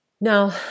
Now